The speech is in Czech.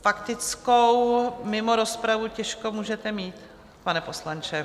Faktickou mimo rozpravu těžko můžete mít, pane poslanče.